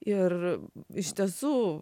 ir iš tiesų